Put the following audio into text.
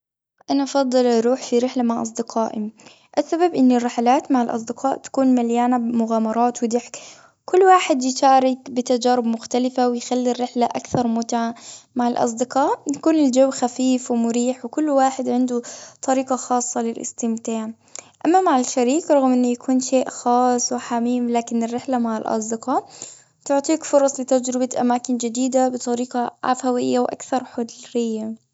أنا أفضل أروح في رحلة مع أصدقائي. السبب إن الرحلات مع الأصدقاء، تكون مليانة مغامرات وضحك. كل واحد يشارك بتجارب مختلفة، ويخلي الرحلة أكثر متعة. مع الأصدقاء، يكون الجو خفيف ومريح، وكل واحد عنده طريقة خاصة للاستمتاع. أما مع الشريك رغم أنه يكون شيء خاص وحميم، لكن الرحلة مع الأصدقاء، تعطيك فرص لتجربة أماكن جديدة بطريقة عفوية وأكثر حرية.